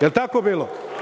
jer tako bilo? Sve